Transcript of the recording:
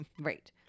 Right